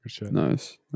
Nice